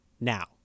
Now